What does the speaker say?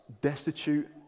destitute